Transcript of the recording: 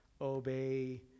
obey